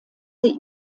sie